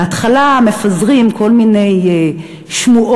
בהתחלה מפזרים כל מיני שמועות,